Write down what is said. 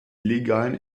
illegalen